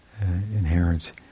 inherent